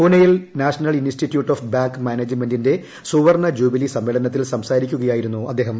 പൂനെയിൽ national institute of bank മാനേജ്മെന്റിന്റെ സുവർണ്ണ ജൂബിലി സമ്മേളനത്തിൽ സംസാരിക്കുകയായിരുന്നു അദ്ദേഹം